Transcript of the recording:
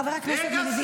חבר הכנסת מלביצקי.